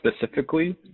specifically